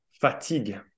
Fatigue